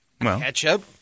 ketchup